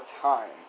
time